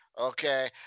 okay